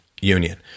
Union